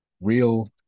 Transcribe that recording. real